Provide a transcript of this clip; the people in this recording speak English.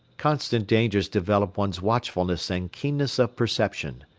constant dangers develop one's watchfulness and keenness of perception.